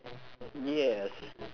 yes